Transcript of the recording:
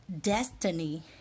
destiny